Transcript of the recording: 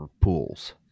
pools